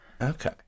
Okay